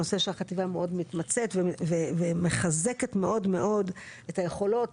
נושא שהחטיבה מאוד מתמצאת ומחזקת מאוד מאוד את היכולות